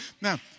Now